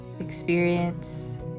experience